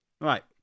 right